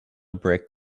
brick